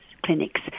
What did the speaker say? clinics